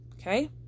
Okay